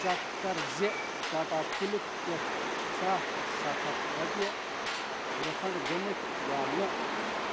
check کَر زِ Tata CLiQ پٮ۪ٹھٕ چھےٚ سَتھ ہَتھ رۄپیہِ رِفنٛڈ گٔمٕتۍ یا نہٕ